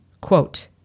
Quote